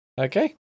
Okay